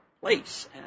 place